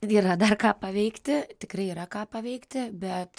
yra dar ką paveikti tikrai yra ką paveikti bet